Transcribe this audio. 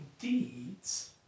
deeds